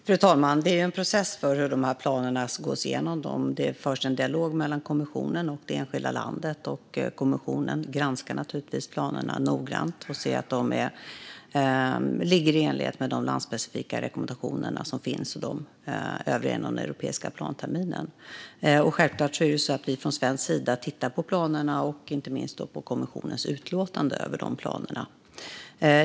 Fru talman! Det är en process för hur planerna gås igenom. Det förs en dialog mellan kommissionen och det enskilda landet. Kommissionen granskar naturligtvis planerna noggrant för att se att de ligger i enlighet med de landsspecifika rekommendationerna och de övriga inom den europeiska planeringsterminen. Självklart tittar vi från svensk sida på planerna och inte minst på kommissionens utlåtande över planerna.